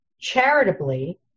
charitably